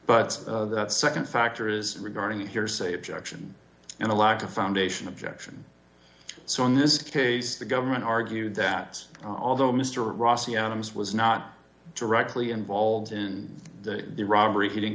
but the nd factor is regarding the hearsay objection and the lack of foundation objection so in this case the government argued that although mr rossi adams was not directly involved in the robbery he didn't